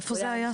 איפה זה היה?